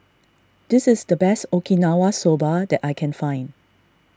this is the best Okinawa Soba that I can find